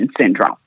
syndrome